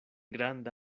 granda